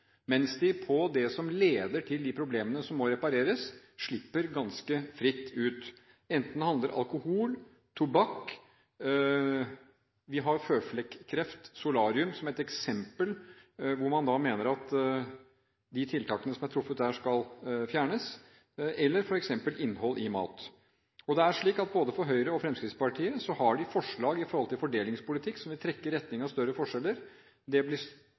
mens de på det som leder til de problemene som må repareres, slipper ganske fritt ut – enten det handler om alkohol eller tobakk. Vi har føflekk-kreft/solarium som et eksempel, hvor man mener at de tiltakene som der er truffet, skal fjernes, eller f.eks. innhold i mat. Både Høyre og Fremskrittspartiet har forslag når det gjelder fordelingspolitikk, som vil trekke i retning av større forskjeller – det blir